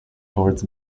towards